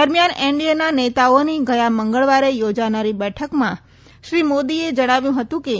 દરમિયાન એનડીએના નેતાઓની ગયા મંગળવાર યોજાનારી બેઠકમાં શ્રી મોદીએ કહ્યું હતું કે